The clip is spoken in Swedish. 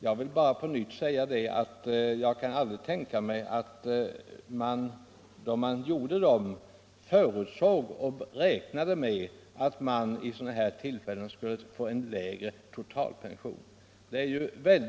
Jag kan emellertid inte tänka mig att man, när man utformade dessa bestämmelser, räknade med att statspensionärerna vid sådana här tillfällen skulle få en lägre total pension.